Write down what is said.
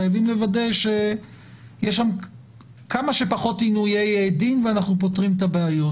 חייבים לוודא שיש שם כמה שפחות עינויי דין ואנחנו פותרים את הבעיות.